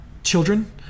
Children